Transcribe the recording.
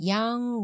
Young